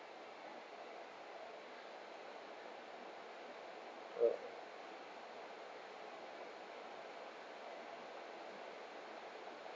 ya